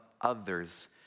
others